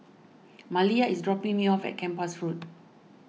Maliyah is dropping me off at Kempas Road